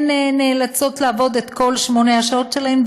נאלצות לעבוד את כל שמונה השעות שלהן,